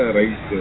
right